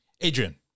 Adrian